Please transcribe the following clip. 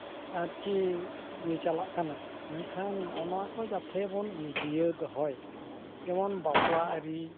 ᱟᱨ ᱪᱮᱫ ᱪᱟᱞᱟᱜ ᱠᱟᱱᱟ ᱢᱮᱱᱠᱷᱟᱱ ᱱᱚᱜᱼᱚ ᱱᱚᱣᱟᱠᱚ ᱡᱟᱛᱮ ᱵᱚᱱ ᱡᱤᱭᱟᱹᱲ ᱫᱚᱦᱚᱭ ᱡᱮᱢᱚᱱ ᱵᱟᱯᱞᱟ ᱟᱹᱨᱤ